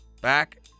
back